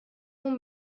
اون